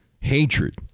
Hatred